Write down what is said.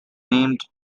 named